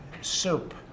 Soup